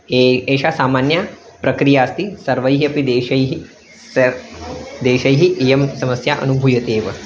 एषः एषा सामान्या प्रक्रिया अस्ति सर्वैः अपि देशैः सः देशैः इयं समस्या अनुभूयते एव